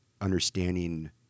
understanding